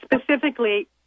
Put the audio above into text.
Specifically